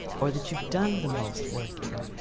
or that you've done the most work in.